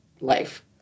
life